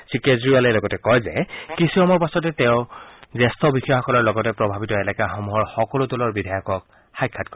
শ্ৰীকেজৰিৱালে লগতে কয় যে কিছুসময়ৰ পাছতে তেওঁ জ্যেষ্ঠ বিষয়াসকলৰ লগতে প্ৰভাৱিত এলেকাসমূহৰ সকলো দলৰ বিধায়কক সাক্ষাৎ কৰিব